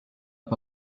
top